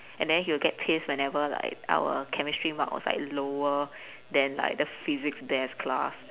and then he will get pissed whenever like our chemistry mark was like lower than like the physics best class